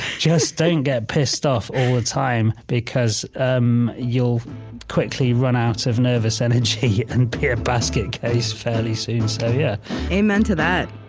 just don't get pissed off all the time, because ah um you'll quickly run out of nervous energy and be a basket case fairly soon so yeah amen to that